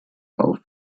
auf